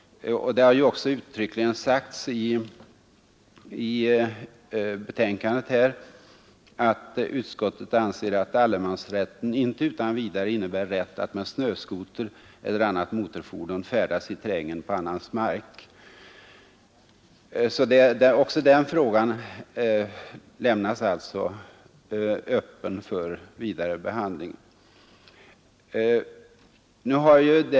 Det har vi ju också sagt i betänkandet. Utskottet skriver på s. 6: ”Utskottet anser dock att allemansrätten inte utan vidare innebär rätt att med snöskoter eller annat motorfordon färdas i terrängen på annans mark.” Även den frågan lämnas sålunda öppen för vidare behandling.